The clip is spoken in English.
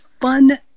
fun